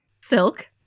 Silk